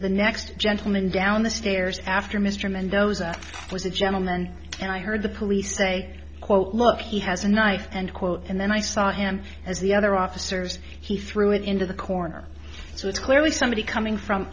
the next gentleman down the stairs after mr mendoza was a gentleman and i heard the police say look he has a knife and quote and then i saw him as the other officers he threw it into the corner so it's clearly somebody coming from